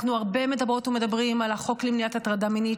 אנחנו הרבה מדברות ומדברים על החוק למניעת הטרדה מינית,